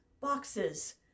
boxes